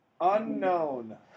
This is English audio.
Unknown